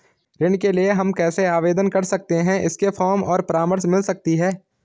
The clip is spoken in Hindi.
ऋण के लिए हम कैसे आवेदन कर सकते हैं इसके फॉर्म और परामर्श मिल सकती है?